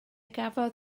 gafodd